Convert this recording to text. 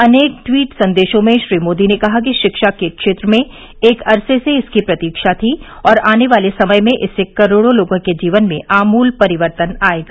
अनेक ट्वीट संदेशों में श्री मोदी ने कहा कि शिक्षा के क्षेत्र में एक अरसे से इसकी प्रतीक्षा थी और आने वाले समय में इससे करोड़ों लोगों के जीवन में आमूल परिवर्तन आएगा